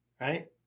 right